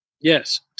Yes